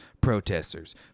protesters